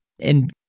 And-